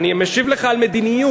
אני משיב לך על מדיניות.